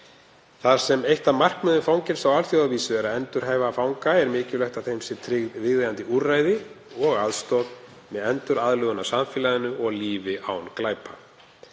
Þar sem eitt af markmiðum fangelsis á alþjóðavísu er að endurhæfa fanga er mikilvægt að þeim séu tryggð viðeigandi úrræði og aðstoð við enduraðlögun að samfélaginu og lífi án glæpa.